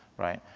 right?